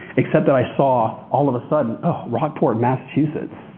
except that i saw all of a sudden rockport, massachusetts.